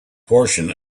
portion